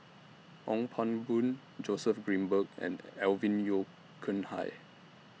Ong Pang Boon Joseph Grimberg and Alvin Yeo Khirn Hai